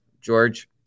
George